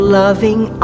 loving